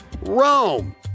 Rome